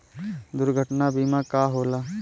दुर्घटना बीमा का होला?